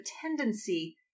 tendency